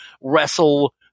wrestle